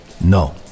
No